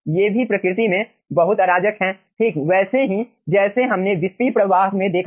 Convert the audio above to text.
ये भी प्रकृति में बहुत अराजक है ठीक वैसे ही जैसे हमने विस्पी प्रवाह में देखा था